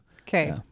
Okay